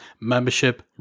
membership